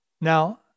now